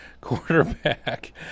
quarterback